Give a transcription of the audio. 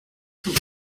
zum